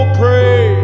pray